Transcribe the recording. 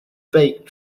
baked